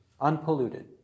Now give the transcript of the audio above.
unpolluted